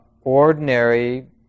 ordinary